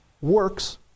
works